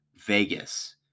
Vegas